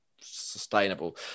sustainable